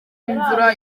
imvura